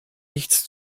nichts